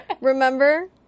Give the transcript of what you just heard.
Remember